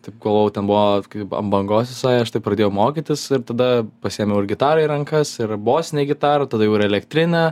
taip galvojau ten buvo kaip ant bangos visai aš taip pradėjau mokytis ir tada pasiėmiau ir gitarą į rankas ir bosinę gitarą tada jau ir elektrinę